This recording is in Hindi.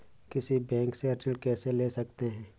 किसी बैंक से ऋण कैसे ले सकते हैं?